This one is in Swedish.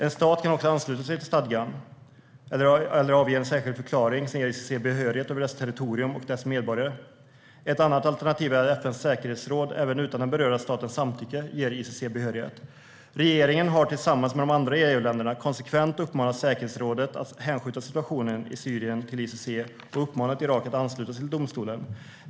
En stat kan också ansluta sig till stadgan eller avge en särskild förklaring som ger ICC behörighet över dess territorium och dess medborgare. Ett annat alternativ är att FN:s säkerhetsråd, även utan den berörda statens samtycke, ger ICC behörighet. Regeringen har tillsammans med de andra EU-länderna konsekvent uppmanat säkerhetsrådet att hänskjuta situationen i Syrien till ICC och uppmanat Irak att ansluta sig till domstolen.